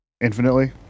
Infinitely